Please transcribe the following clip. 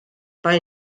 mae